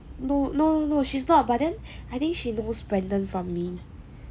no no no she's not but but then I think she knows brandon from me